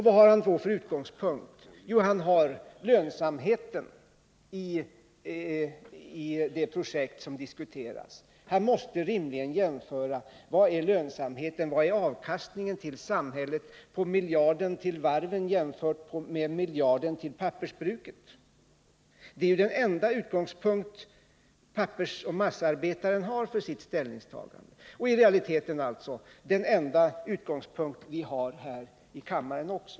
Vilken utgångspunkt har han då? Jo, lönsamheten i det projekt som diskuteras. Han måste rimligen fråga sig: Vad är lönsamheten eller avkastningen till samhället på miljarden till varven jämfört med miljarden till pappersbruket? Det är den enda utgångspunkt han har för sitt ställningstagande, och i realiteten är det den enda utgångspunkt vi har också här i kammaren.